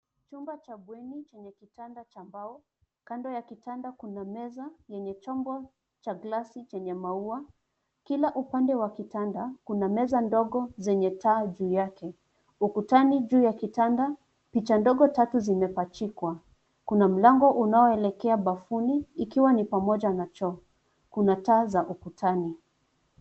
Chumba cha bweni chenye kitanda cha mbao. Kando ya kitanda kuna meza yenye chombo cha glasi chenye maua .Kila upande wa kitanda kuna meza dogo zenye taa juu yake. Ukutani juu ya kitanda, picha dogo tatu zimepachikwa .Kuna mlango unaoelekea bafuni ikiwa ni pamoja na choo. Kuna taa za ukutani.